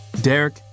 Derek